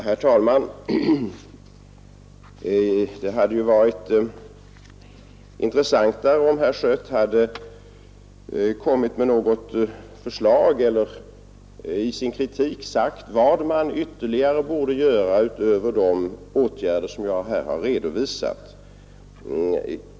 Herr talman! Det hade varit intressantare om herr Schött hade kommit med något förslag och i sin kritik sagt vad man ytterligare borde göra utöver de åtgärder som jag här har redovisat.